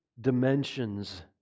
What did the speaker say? dimensions